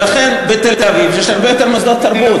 לכן, בתל-אביב יש הרבה יותר מוסדות תרבות.